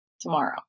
tomorrow